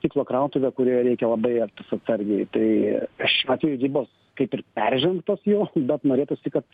stiklo krautuvė kurioje reikia labai elgtis atsargiai tai šiuo atveju ribos kaip ir peržengtos jau bet norėtųsi kad